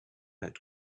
had